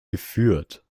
geführt